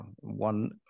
one